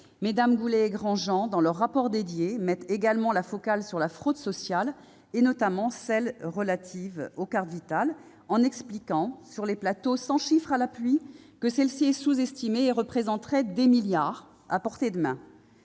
Nathalie Goulet et Carole Grandjean, dans leur rapport dédié, placent également la focale sur la fraude sociale, notamment sur la fraude aux cartes Vitale, en expliquant sur les plateaux- sans chiffres à l'appui -que celle-ci est sous-estimée et représenterait des milliards d'euros.